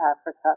Africa